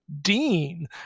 dean